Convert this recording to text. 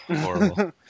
Horrible